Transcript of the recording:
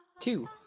Two